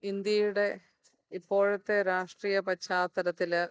ഇന്ത്യയുടെ ഇപ്പോഴത്തെ രാഷ്ട്രീയ പശ്ചാത്തലത്തിൽ